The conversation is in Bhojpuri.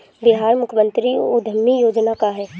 बिहार मुख्यमंत्री उद्यमी योजना का है?